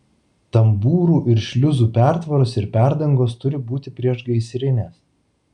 tambūrų ir šliuzų pertvaros ir perdangos turi būti priešgaisrinės